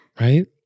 Right